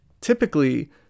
Typically